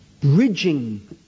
Bridging